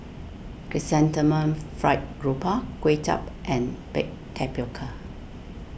Chrysanthemum Fried Grouper Kway Chap and Baked Tapioca